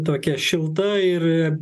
tokia šilta ir